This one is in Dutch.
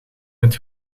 het